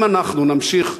אם אנחנו נמשיך,